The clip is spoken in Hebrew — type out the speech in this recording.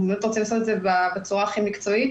אנחנו באמת רוצים לעשות את זה בצורה הכי מקצועית.